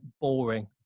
boring